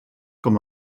com